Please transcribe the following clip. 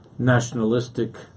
nationalistic